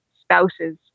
spouse's